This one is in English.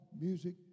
music